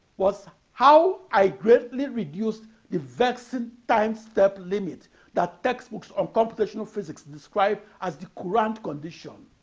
was how i greatly reduced the vexing time-step limit that textbooks on computational physics describe as the courant condition.